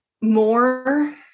more